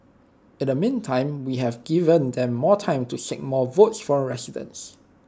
in the meantime we have given them more time to seek more votes from residents